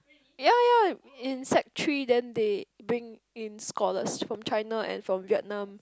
ye ye in sec three then they bring in scholars from China and from Vietnam